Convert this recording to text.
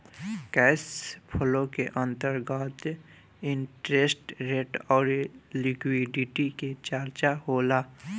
cash flow के अंतर्गत interest rate अउरी लिक्विडिटी के चरचा होला